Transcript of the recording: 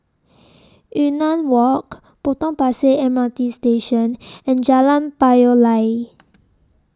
Yunnan Walk Potong Pasir M R T Station and Jalan Payoh Lai